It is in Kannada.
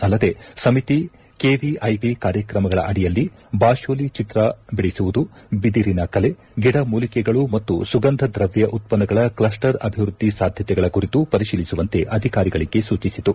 ಅಲ್ಲದೆ ಸಮಿತಿ ಕೆವಿಐಬಿ ಕಾರ್ಯಕ್ರಮಗಳ ಅಡಿಯಲ್ಲಿ ಬಾಶೋಲಿ ಚಿತ್ರ ಬಿಡಿಸುವುದು ಬಿದಿರಿನ ಕಲೆ ಗಿದಮೂಲಿಕೆಗಳು ಮತ್ತು ಸುಗಂಧದ್ರವ್ಯ ಉತ್ಪನ್ನಗಳ ಕ್ಲಸ್ಟರ್ ಅಭಿವೃದ್ದಿ ಸಾಧ್ಯತೆಗಳ ಕುರಿತು ಪರಿಶೀಲಿಸುವಂತೆ ಅಧಿಕಾರಿಗಳಿಗೆ ಸೂಚಿಸಿತು